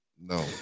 no